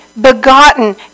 begotten